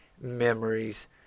memories